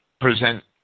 present